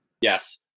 Yes